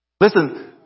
Listen